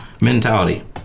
Mentality